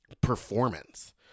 performance